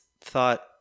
thought